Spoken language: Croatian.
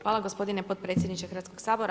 Hvala gospodine potpredsjedniče Hrvatskog sabora.